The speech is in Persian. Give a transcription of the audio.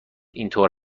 اینطور